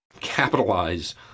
Capitalize